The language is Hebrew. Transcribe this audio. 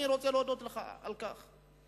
אני רוצה להודות לך על כך.